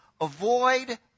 avoid